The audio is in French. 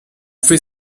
fait